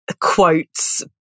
quotes